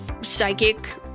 psychic